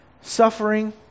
suffering